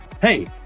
hey